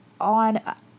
On